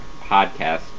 podcast